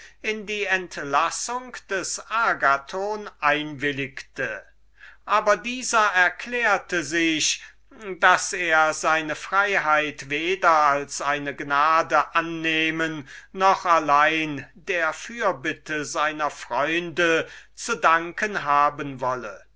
in die entlassung agathons einwilligte aber dieser erklärte sich daß er seine entlassung weder als eine gnade von dem dionys annehmen noch der fürbitte seiner freunde zu danken haben wolle